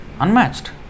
Unmatched